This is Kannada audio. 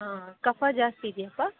ಹಾಂ ಕಫ ಜಾಸ್ತಿ ಇದೆಯಾಪ್ಪ